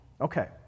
Okay